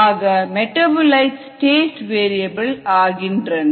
ஆக metabolites state variable ஆகின்றன